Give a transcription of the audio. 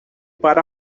para